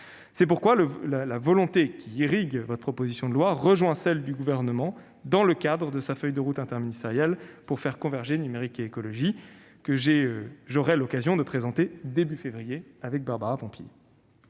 ce sens, la volonté qui anime votre proposition de loi rejoint celle du Gouvernement telle qu'elle s'exprime dans le cadre de sa feuille de route interministérielle visant à faire converger numérique et écologie, que j'aurai l'occasion de présenter début février avec Barbara Pompili.